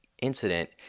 incident